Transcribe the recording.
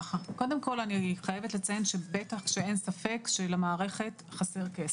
קודם כל אני חייבת לציין שאין ספק שלמערכת חסר כסף,